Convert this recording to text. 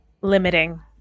limiting